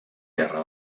guerra